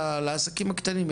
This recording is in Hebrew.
לעסקים הקטנים,